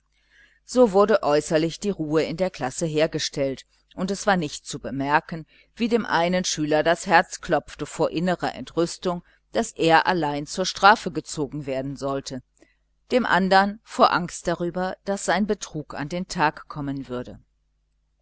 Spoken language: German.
so wurde äußerlich die ruhe in der klasse hergestellt und es war nicht zu bemerken wie dem einen schüler das herz klopfte vor innerer entrüstung daß er allein zur strafe gezogen werden sollte dem anderen vor angst darüber daß sein betrug an den tag kommen würde